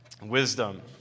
Wisdom